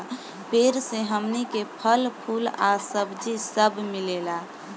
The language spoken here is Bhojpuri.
पेड़ से हमनी के फल, फूल आ सब्जी सब मिलेला